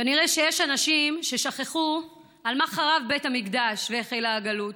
כנראה שיש אנשים ששכחו על מה חרב בית המקדש והחלה הגלות,